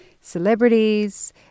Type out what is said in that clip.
celebrities